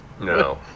no